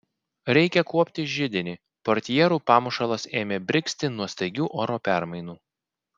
reikia kuopti židinį portjerų pamušalas ėmė brigzti nuo staigių oro permainų